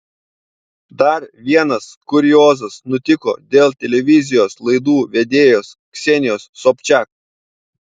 dar vienas kuriozas nutiko dėl televizijos laidų vedėjos ksenijos sobčiak